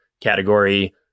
category